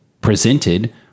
presented